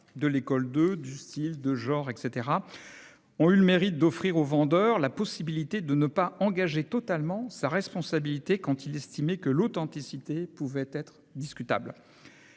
de l'école de », du « style »...- ont eu le mérite d'offrir au vendeur la possibilité de ne pas engager totalement sa responsabilité quand il estimait que l'authenticité pouvait être discutable.